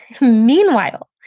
Meanwhile